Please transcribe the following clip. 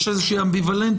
יש לה איזושהי אמביוולנטיות,